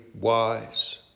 wise